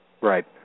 Right